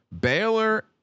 Baylor